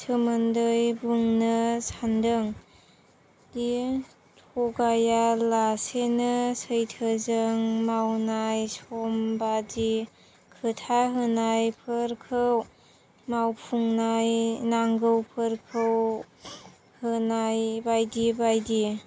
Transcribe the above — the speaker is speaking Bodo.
सोमोन्दै बुंनो सान्दों ए थगायालासेनो सैथोजों मावनाय समबादि खोथा होनायफोरखौ मावफुंनाय नांगौफोरखौ होनाय बायदि बायदि